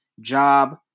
job